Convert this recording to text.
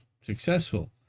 successful